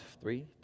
Three